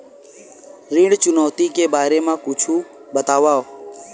ऋण चुकौती के बारे मा कुछु बतावव?